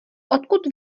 odkud